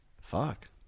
Fuck